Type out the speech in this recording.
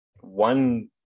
One